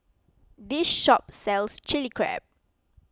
this shop sells Chilli Crab